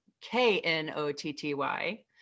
K-N-O-T-T-Y